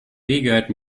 gehört